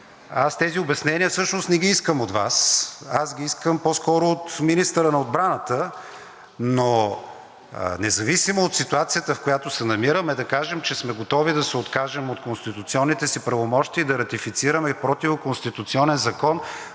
аз тези обяснения всъщност не ги искам от Вас, искам ги по-скоро от министъра на отбраната. Независимо от ситуацията, в която се намираме, да кажем, че сме готови да се откажем от конституционните си правомощия и да ратифицираме и противоконституционен закон,